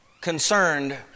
concerned